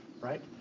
right